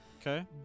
okay